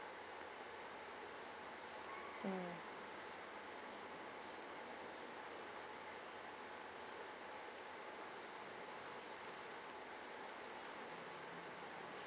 mm